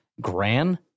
Gran